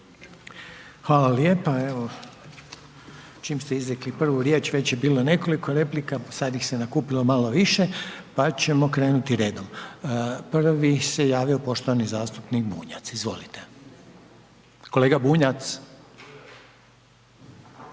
Hvala lijepa. Evo čim ste izrekli prvu riječ, već je bilo nekoliko replika, sad ih se nakupilo malo više pa ćemo krenuti redom. Prvi se javio poštovani zastupnik Bunjac, izvolite. Kolega Bunjac.